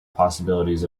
possibilities